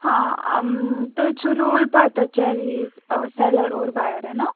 ہاں تُہۍ چھُو روٗل پَتَہ چٮ۪رییٖز سٮ۪لَر اور بَیَر ہے نا